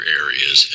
areas